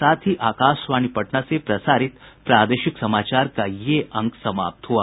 इसके साथ ही आकाशवाणी पटना से प्रसारित प्रादेशिक समाचार का ये अंक समाप्त हुआ